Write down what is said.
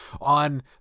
on